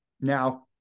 Now